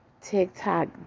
TikTok